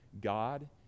God